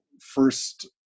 first